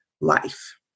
life